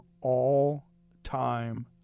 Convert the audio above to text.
all-time